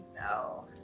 No